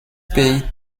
pey